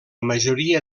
majoria